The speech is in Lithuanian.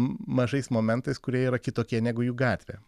mažais momentais kurie yra kitokie negu jų gatvė